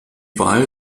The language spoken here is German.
wahl